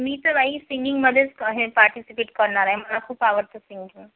मी तर बाई सिंगिंगमध्येच हे पार्टिसिपेट करणार आहे मला खूप आवडतं सिंगिंग